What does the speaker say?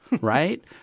right